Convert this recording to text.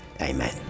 Amen